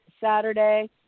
Saturday